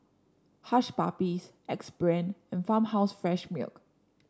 Hush Puppies Axe Brand Farmhouse Fresh Milk